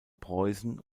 preußen